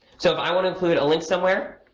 so if i want to include a link somewhere,